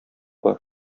бар